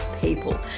people